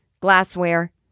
glassware